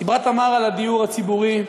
דיברה תמר על הדיור הציבורי,